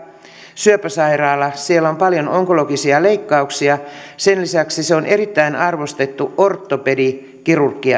syöpäsairaala siellä on paljon onkologisia leikkauksia sen lisäksi se on erittäin arvostettu ortopediakirurginen